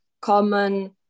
common